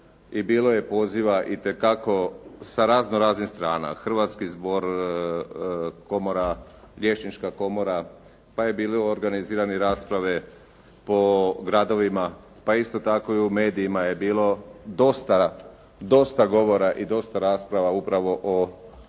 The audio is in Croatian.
i bilo je poziva itekako sa raznoraznih strana. Hrvatski zbor komora, Liječnička komora, pa je bilo organizirane rasprave po gradovima, pa isto tako i u medijima je bilo dosta govora i dosta rasprava upravo o prijedlozima